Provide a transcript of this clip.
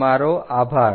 તમારો આભાર